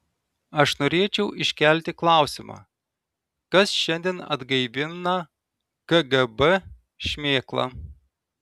aš norėčiau iškelti klausimą kas šiandien atgaivina kgb šmėklą